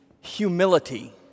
humility